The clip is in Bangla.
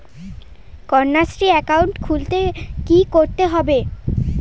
কন্যাশ্রী একাউন্ট খুলতে কী করতে হবে?